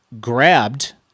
grabbed